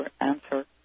Answer